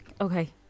Okay